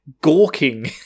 gawking